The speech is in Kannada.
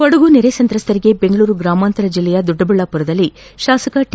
ಕೊಡಗು ನೆರೆ ಸಂತ್ರಸ್ಥರಿಗೆ ಬೆಂಗಳೂರು ಗ್ರಾಮಾಂತರ ಜಿಲ್ಲೆಯ ದೊಡ್ಡಬಳ್ಳಾಪುರದಲ್ಲಿ ತಾಸಕ ಟಿ